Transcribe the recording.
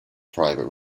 private